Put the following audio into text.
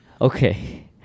Okay